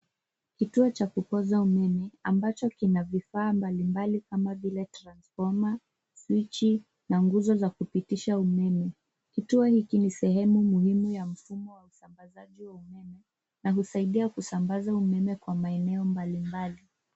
Kituo cha kupoza umeme ambacho kina vifaa mbalimbali kama vile transformer , swichi na nguzo za kupitisha umeme. Kituo hiki ni sehemu muhimu ya mfumo wa usambazaji wa umeme na husaidia kusambaza umeme kwa maeneo mbalimbali.